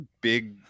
big